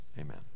amen